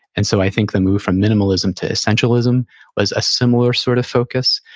and so i think the move from minimalism to essentialism was a similar sort of focus,